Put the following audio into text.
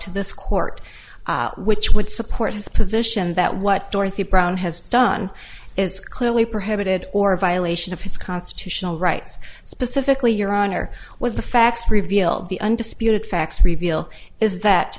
to this court which would support his position that what dorothy brown has done is clearly perhaps added or a violation of his constitutional rights specifically your honor what the facts revealed the undisputed facts reveal is that